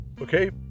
Okay